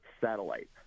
satellite